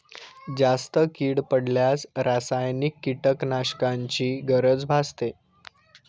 जास्त कीड पडल्यास रासायनिक कीटकनाशकांची गरज भासते